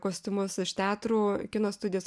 kostiumus iš teatrų kino studijos